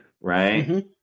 right